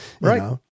Right